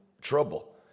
trouble